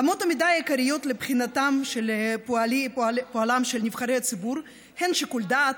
אמות המידה העיקריות לבחינת פועלם של נבחרי ציבור הן שיקול דעת,